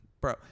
Bro